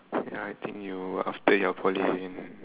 ya I think you after your poly then